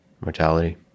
mortality